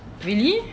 really